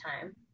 time